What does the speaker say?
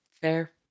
Fair